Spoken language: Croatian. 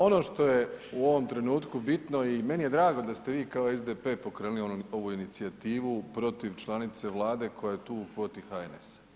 Ono što je u ovom trenutku bitno i meni je drago ste vi kao SDP pokrenuli ovu inicijativu protiv članice Vlade koja je tu u kvoti HNS.